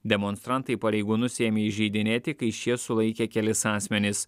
demonstrantai pareigūnus ėmė įžeidinėti kai šie sulaikė kelis asmenis